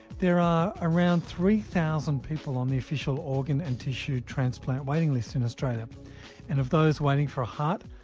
there are around three thousand people on the official organ and tissue transplant waiting list in australia and of those waiting for a heart,